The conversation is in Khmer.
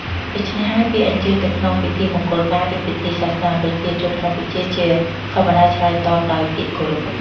ដូច្នេះហើយ ពេលអញ្ជើញទៅក្នុងពិធីមង្គលការ ឬពិធីសាសនា ប្រជាជនកម្ពុជាជាធម្មតាឆ្លើយតបដោយពាក្យគោរព។